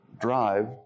drive